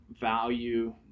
value